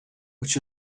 which